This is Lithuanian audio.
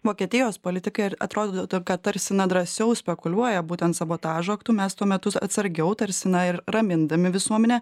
vokietijos politikai atrodytų kad tarsi na drąsiau spekuliuoja būtent sabotažo aktu mes tuo metus atsargiau tarsi na ir ramindami visuomenę